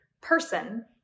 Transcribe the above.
person